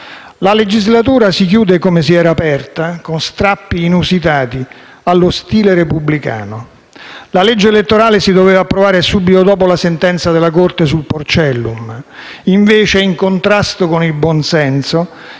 La legislatura si chiude come si era aperta, con strappi inusitati allo stile repubblicano. La legge elettorale si doveva approvare subito dopo la sentenza della Corte sul Porcellum. Invece, in contrasto con il buonsenso,